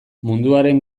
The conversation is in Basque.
munduaren